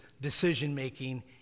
decision-making